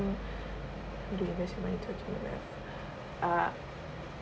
do investment like that uh